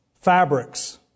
fabrics